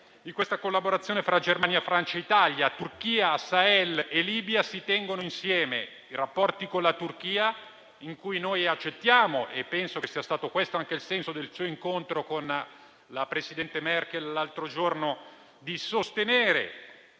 In questa collaborazione fra Germania, Francia e Italia, Turchia, Sahel e Libia, si tengono insieme i rapporti con la Turchia, per i quali noi accettiamo - penso che sia stato questo anche il senso del suo incontro con la presidente Merkel l'altro giorno - di sostenere